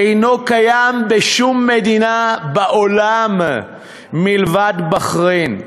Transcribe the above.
שאינו קיים בשום מדינה בעולם מלבד בחריין.